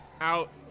out